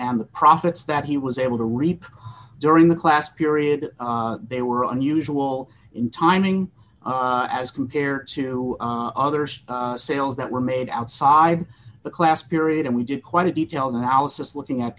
and the profits that he was able to reap during the class period they were unusual in timing as compared to others sales that were made outside the class period and we did quite a detailed analysis looking at